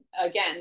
Again